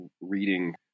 reading